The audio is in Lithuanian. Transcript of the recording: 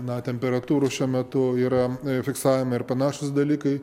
na temperatūrų šiuo metu yra fiksavimai ir panašūs dalykai